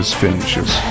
finishes